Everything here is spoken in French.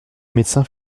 médecin